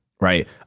right